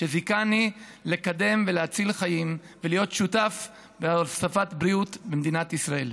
שזיכני לקדם ולהציל חיים ולהיות שותף להוספת בריאות במדינת ישראל.